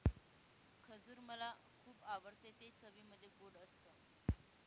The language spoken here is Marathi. खजूर मला खुप आवडतं ते चवीमध्ये गोड असत